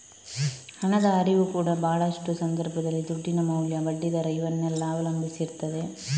ಹಣದ ಹರಿವು ಕೂಡಾ ಭಾಳಷ್ಟು ಸಂದರ್ಭದಲ್ಲಿ ದುಡ್ಡಿನ ಮೌಲ್ಯ, ಬಡ್ಡಿ ದರ ಇವನ್ನೆಲ್ಲ ಅವಲಂಬಿಸಿ ಇರ್ತದೆ